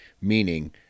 meaning